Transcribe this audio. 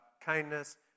kindness